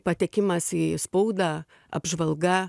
patekimas į spaudą apžvalga